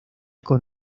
con